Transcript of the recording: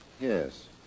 Yes